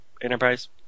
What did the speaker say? Enterprise